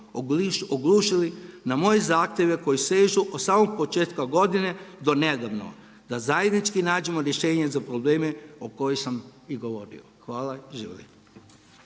oglušili na moje zahtjeve koji sežu od samog početka godine do nedavno da zajednički nađemo rješenje za probleme o kojima sam i govorio. Hvala.